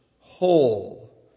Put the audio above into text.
whole